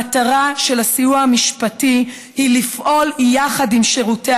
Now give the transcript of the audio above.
המטרה של הסיוע המשפטי היא לפעול יחד עם שירותי